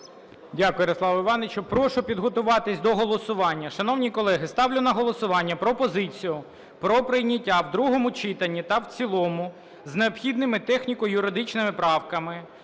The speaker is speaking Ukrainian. Дякую, Ярославе Івановичу. Прошу підготуватися до голосування. Шановні колеги, ставлю на голосування пропозицію про прийняття в другому читанні та в цілому з необхідними техніко-юридичними правками